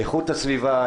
איכות הסביבה,